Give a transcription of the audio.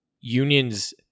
unions